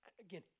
again